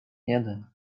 jeden